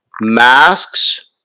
masks